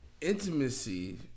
Intimacy